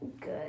Good